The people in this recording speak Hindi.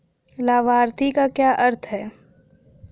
लाभार्थी का क्या अर्थ है?